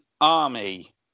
army